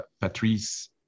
Patrice